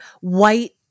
white